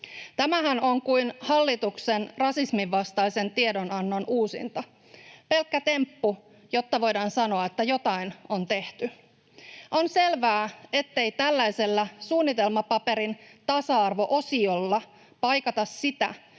Tämähän on kuin hallituksen rasismin vastaisen tiedonannon uusinta: pelkkä temppu, jotta voidaan sanoa, että jotain on tehty. On selvää, ettei tällaisella suunnitelmapaperin tasa-arvo-osiolla paikata sitä,